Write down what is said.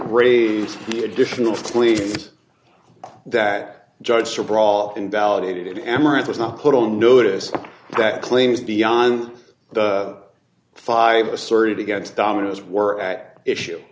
the additional cleat that judged her bra invalidated amaranth was not put on notice that claims beyond the five asserted against dominoes were at issue